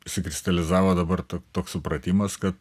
išsikristalizavo dabar tu toks supratimas kad